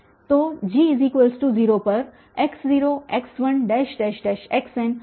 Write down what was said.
तो G0 पर x0x1 xn और x कहीं है